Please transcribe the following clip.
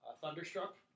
Thunderstruck